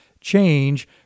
Change